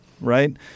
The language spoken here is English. right